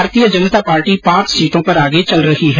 भारतीय जनता पार्टी पांच सीटों पर आगे चल रही है